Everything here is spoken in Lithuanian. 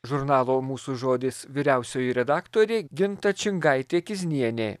žurnalo mūsų žodis vyriausioji redaktorė ginta čingaitė kiznienė